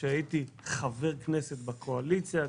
כשהייתי חבר כנסת בקואליציה,